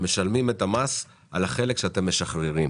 הם משלמים את המס על החלק שהם משחררים.